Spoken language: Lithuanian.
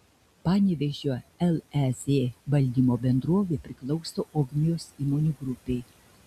panevėžio lez valdymo bendrovė priklauso ogmios įmonių grupei